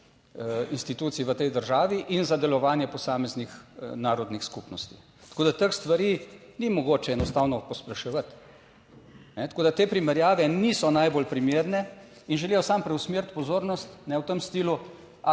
institucij v tej državi in za delovanje posameznih narodnih skupnosti tako, da teh stvari ni mogoče enostavno posploševati, tako da te primerjave niso najbolj primerne in želijo samo preusmeriti pozornost ne v tem stilu,